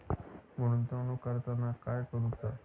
गुंतवणूक करताना काय करुचा?